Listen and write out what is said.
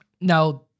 Now